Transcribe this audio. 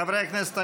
חברי הכנסת,